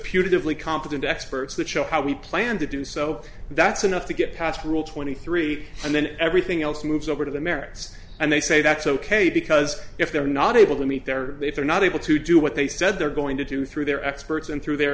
putatively competent experts that show how we plan to do so that's enough to get past rule twenty three and then everything else moves over to the merits and they say that's ok because if they're not able to meet there if they're not able to do what they said they're going to do through their experts and through their